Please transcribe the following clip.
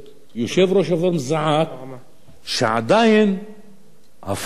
זעק שעדיין הפורום הזה לא הוקם,